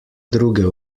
druge